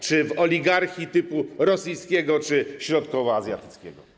czy w oligarchii typu rosyjskiego czy środkowoazjatyckiego?